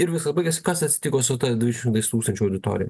ir visa baigėsi kas atsitiko su dviem šimtais tūkstančių auditorija